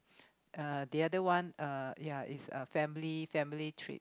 uh the other one uh ya is a family family trip